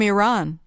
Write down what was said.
Iran